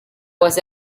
was